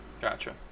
Gotcha